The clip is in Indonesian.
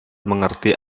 mengerti